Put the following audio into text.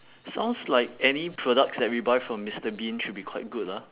sounds like any products that we buy from mister bean should be quite good ah